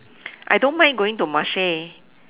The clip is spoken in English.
I don't mind going to Marche